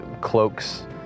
cloaks